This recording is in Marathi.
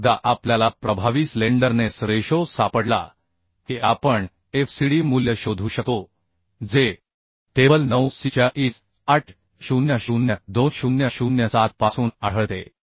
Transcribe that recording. आता एकदा आपल्याला प्रभावी स्लेंडरनेस रेशो सापडला की आपण FCD मूल्य शोधू शकतो जे टेबल 9 C च्या IS 800 2007 पासून आढळते